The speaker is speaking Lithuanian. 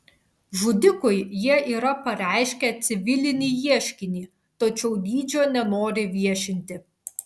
žudikui jie yra pareiškę civilinį ieškinį tačiau dydžio nenori viešinti